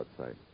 outside